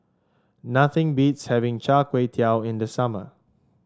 nothing beats having Char Kway Teow in the summer